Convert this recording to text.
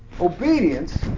Obedience